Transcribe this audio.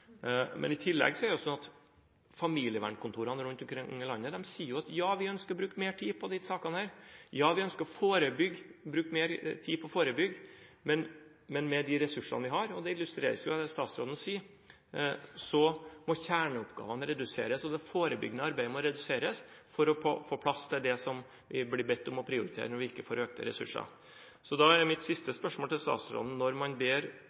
Men i tillegg er det sånn at familievernkontorene rundt omkring i landet sier: Ja, vi ønsker å bruke mer tid på disse sakene, ja, vi ønsker å bruke mer tid på å forebygge. Men med de ressursene de har – og det illustreres jo av det statsråden sier – må kjerneoppgavene reduseres, det forebyggende arbeidet må reduseres, for å få på plass det de blir bedt om å prioritere når de ikke får økte ressurser. Så da er mitt siste spørsmål til statsråden: Når man